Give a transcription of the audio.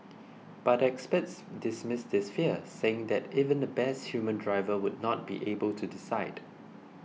but experts dismiss this fear saying that even the best human driver would not be able to decide